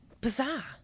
Bizarre